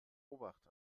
obacht